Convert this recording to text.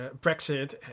Brexit